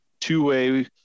two-way